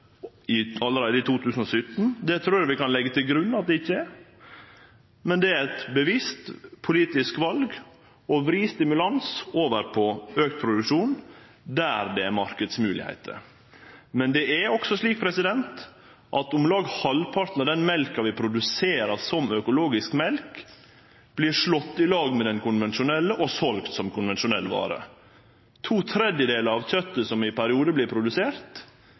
pst.-målet allereie i 2017, trur eg vi kan leggje til grunn, men det er eit bevisst politisk val å vri stimulans over på auka produksjon der det er marknadsmoglegheiter. Men det er også slik at om lag halvparten av den mjølka vi produserer som økologisk mjølk, vert slått i lag med den konvensjonelle og selt som konvensjonell vare. To tredelar av kjøtet som vert produsert, gjer vi det same med i